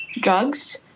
drugs